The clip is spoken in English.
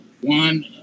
One